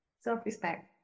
self-respect